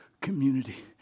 community